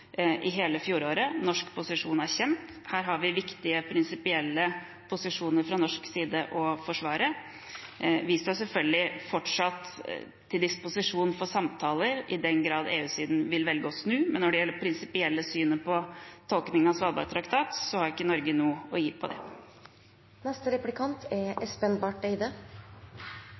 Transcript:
i hele fjoråret. Norsk posisjon er kjent. Her har vi viktige prinsipielle posisjoner fra norsk side å forsvare. Vi står selvfølgelig fortsatt til disposisjon for samtaler, i den grad EU-siden vil velge å snu, men når det gjelder det prinsipielle synet på tolkningen av Svalbardtraktaten, har ikke Norge noe å gi på